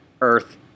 earth